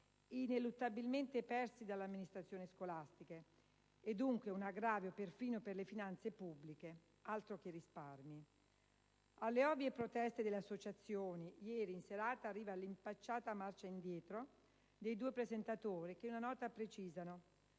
ineluttabilmente persi dalle amministrazioni scolastiche e, dunque, un aggravio perfino per le finanze pubbliche. Altro che risparmi! In risposta alle ovvie proteste delle associazioni, ieri in serata è arrivata l'impacciata marcia indietro dei due presentatori che in una nota precisano: